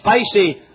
spicy